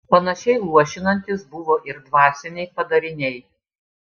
panašiai luošinantys buvo ir dvasiniai padariniai